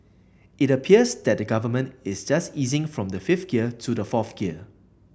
it appears that the Government is just easing from the fifth gear to the fourth gear